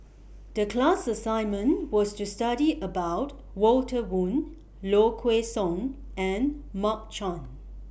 The class assignment was to study about Walter Woon Low Kway Song and Mark Chan